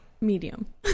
Medium